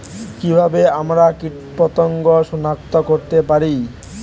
কিভাবে আমরা কীটপতঙ্গ সনাক্ত করতে পারি?